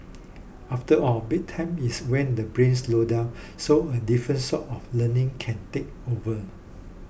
after all bedtime is when the brain slows down so a different sort of learning can take over